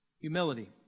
Humility